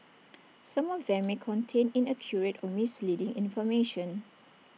some of them may contain inaccurate or misleading information